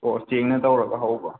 ꯑꯣ ꯆꯦꯡꯅ ꯇꯧꯔꯒ ꯍꯧꯕ